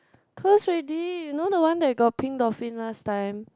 close already you know the one that got pink dolphin last time